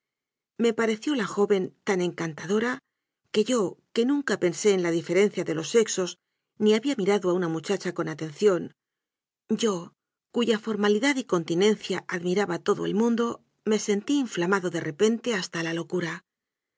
me pareció la joven tan encantadora que yo que nunca pensé en la diferencia de los sexos ni había mirado a una muchacha con atención yo cuya formalidad y continencia admira ba todo el mundo me sentí inflamado de repente hasta la locura